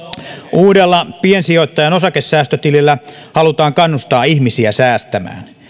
uudella piensijoittajan osakesäästötilillä halutaan kannustaa ihmisiä säästämään